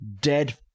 dead